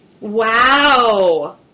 Wow